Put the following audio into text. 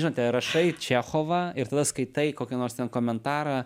žinote rašai čechovą ir tada skaitai kokį nors ten komentarą